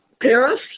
paris